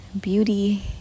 beauty